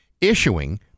issuing